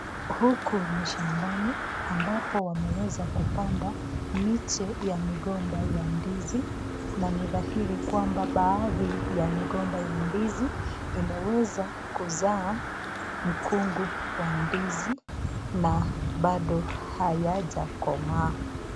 Huku ni shambani ambapo wameweza kupanda miche ya migomba ya ndizi na ni dhairi kwamba baadhi ya migomba ya ndizi imeweza kuzaa mkungu wa ndizi na bado hayajakomaa.